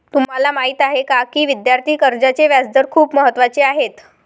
तुम्हाला माहीत आहे का की विद्यार्थी कर्जाचे व्याजदर खूप महत्त्वाचे आहेत?